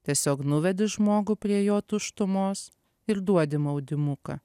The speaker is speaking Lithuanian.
tiesiog nuvedi žmogų prie jo tuštumos ir duodi maudymuką